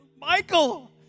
Michael